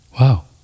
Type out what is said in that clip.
Wow